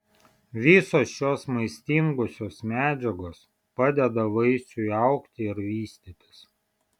visos šios maistingosios medžiagos padeda vaisiui augti ir vystytis